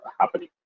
happening